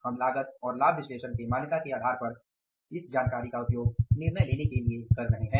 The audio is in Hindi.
हम लागत और लाभ विश्लेषण के मान्यता के आधार पर इस जानकारी का उपयोग निर्णय लेने के लिए कर रहे हैं